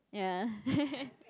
ya